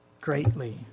greatly